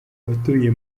abatuye